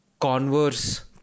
converse